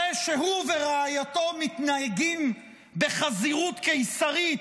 זה שהוא ורעייתו מתנהגים בחזירות קיסרית,